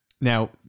Now